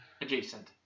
adjacent